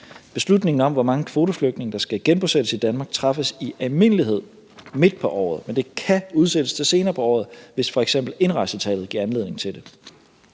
Beslutningen om, hvor mange kvoteflygtninge der skal genbosættes i Danmark, træffes i almindelighed midt på året, men det kan udsættes til senere på året, hvis f.eks. indrejsetallet giver anledning til det.